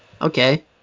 okay